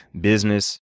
business